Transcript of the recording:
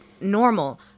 normal